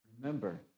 Remember